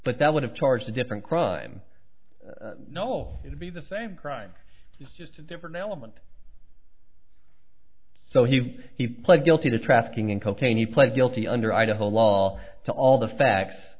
but that would have charged a different crime no it would be the same crime it's just a different element so he he pled guilty to trafficking in cocaine he pled guilty under idaho law to all the facts